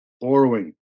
borrowing